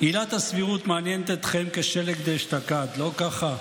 עילת הסבירות מעניינת אתכם כשלג דאשתקד, לא ככה?